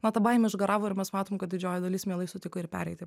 na ta baimė išgaravo ir mes matom kad didžioji dalis mielai sutiko ir pereiti